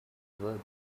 woods